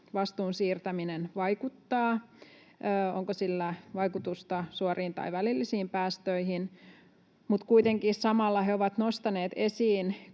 vastuun siirtäminen vaikuttaa, onko sillä vaikutusta suoriin tai välillisiin päästöihin, mutta kuitenkin samalla he ovat nostaneet esiin,